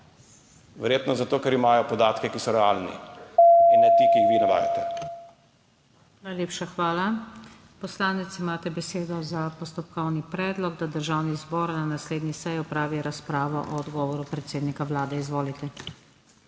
Verjetno zato, ker imajo podatke, ki so realni, in ne te, ki jih vi navajate. **PODPREDSEDNICA NATAŠA SUKIČ:** Najlepša hvala. Poslanec, imate besedo za postopkovni predlog, da Državni zbor na naslednji seji opravi razpravo o odgovoru predsednika Vlade. Izvolite.